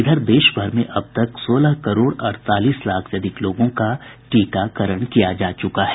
इधर देश भर में अब तक सोलह करोड़ अड़तालीस लाख से अधिक लोगों का टीकाकरण किया जा चुका है